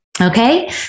Okay